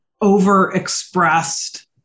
over-expressed